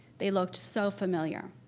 they looked so familiar.